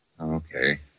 Okay